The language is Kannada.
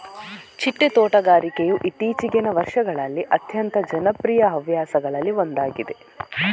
ಚಿಟ್ಟೆ ತೋಟಗಾರಿಕೆಯು ಇತ್ತೀಚಿಗಿನ ವರ್ಷಗಳಲ್ಲಿ ಅತ್ಯಂತ ಜನಪ್ರಿಯ ಹವ್ಯಾಸಗಳಲ್ಲಿ ಒಂದಾಗಿದೆ